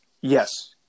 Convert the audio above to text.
Yes